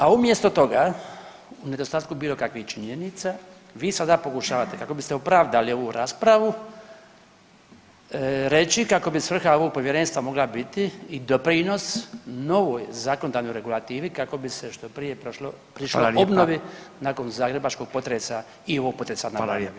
A umjesto toga u nedostatku bilo kakvih činjenica, vi sada pokušavate kako biste opravdali ovu raspravu reći kako bi svrha ovog povjerenstva mogla biti i doprinos novoj zakonodavnoj regulativi kako bi se što prije prišlo [[Upadica: Hvala lijepa.]] obnovi nakon zagrebačkog potresa i ovog potresa na Banovini.